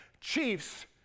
chiefs